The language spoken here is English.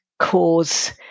cause